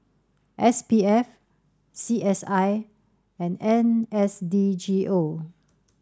S P F C S I and N S D G O